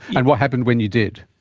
and what happened when you did?